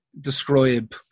describe